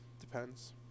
Depends